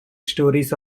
stories